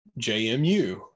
JMU